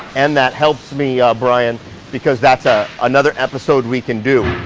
and that helps me, brian because that's ah another episode we can do.